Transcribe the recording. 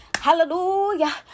Hallelujah